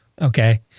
Okay